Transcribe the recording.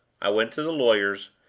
i went to the lawyers,